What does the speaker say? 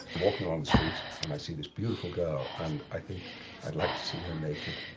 walking along the street and i see this beautiful girl, and i think i'd like to see her naked.